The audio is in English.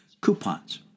coupons